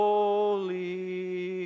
Holy